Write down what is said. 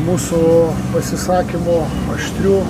mūsų pasisakymų aštrių